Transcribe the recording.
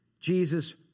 Jesus